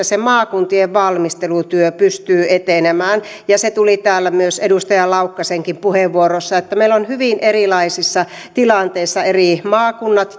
se maakuntien valmistelutyö pystyy etenemään se tuli täällä myös edustaja laukkasenkin puheenvuorossa että meillä ovat hyvin erilaisissa tilanteissa eri maakunnat